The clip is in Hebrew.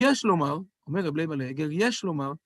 ‫יש לומר, אומר ר' לֵייבַּלֶ'ה איגר, ‫יש לומר...